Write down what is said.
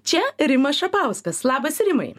čia rimas šapauskas labas rimai